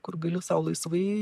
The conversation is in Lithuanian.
kur gali sau laisvai